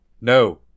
no